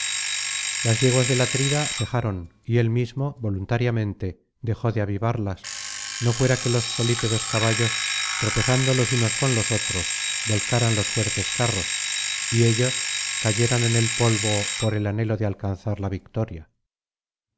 las yeguas del atrida cejaron y él mismo voluntariamente dejó de avivarlas no fuera que los solípedos caballos tropezando los unos con los otros volcaran los fuertes carros y ellos cayeran en el polvo por el anhelo de alcanzar la victoria